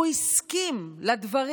הוא הסכים לדברים.